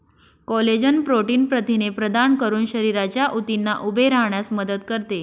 collagen protein प्रथिने प्रदान करून शरीराच्या ऊतींना उभे राहण्यास मदत करते